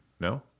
No